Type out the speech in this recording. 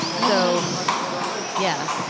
so yeah.